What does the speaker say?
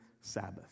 Sabbath